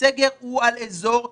סגר הוא על אזור ספציפי,